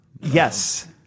Yes